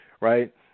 Right